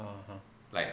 (uh huh)